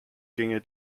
ginge